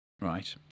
Right